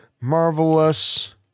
marvelous